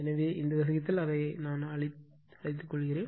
எனவே இந்த விஷயத்தில் அதை அழிக்க அனுமதிக்கிறேன்